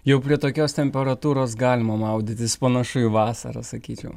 jau prie tokios temperatūros galima maudytis panašu į vasarą sakyčiau